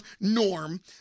norm